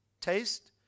taste